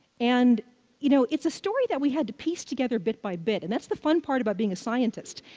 and you know it's a story that we had to piece together bit by bit, and that's the fun part about being a scientist.